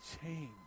change